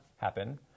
happen